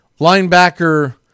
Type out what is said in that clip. linebacker